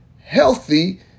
healthy